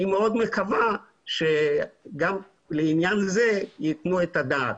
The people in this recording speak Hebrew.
אני מאוד מקווה שגם לעניין זה ייתנו את הדעת.